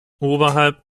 oberhalb